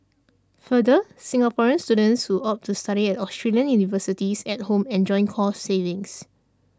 further Singaporean students who opt to study at Australian universities at home enjoy cost savings